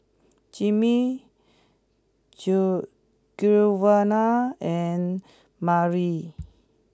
Jimmy Giovanna and Mariel